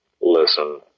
Listen